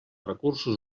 recursos